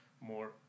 more